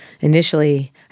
Initially